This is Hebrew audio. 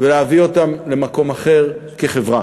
ולהביא אותם למקום אחר כחברה.